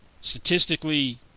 statistically